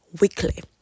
weekly